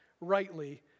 rightly